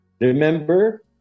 Remember